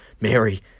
mary